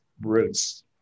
Roots